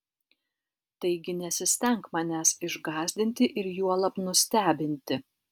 taigi nesistenk manęs išgąsdinti ir juolab nustebinti